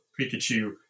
Pikachu